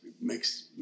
makes